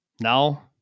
Now